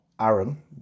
Aaron